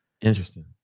interesting